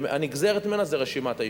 והנגזרת ממנה זה רשימת היישובים.